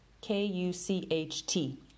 K-U-C-H-T